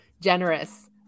generous